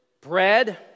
bread